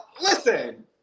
Listen